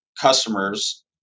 customers